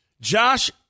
Josh